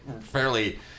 fairly